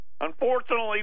Unfortunately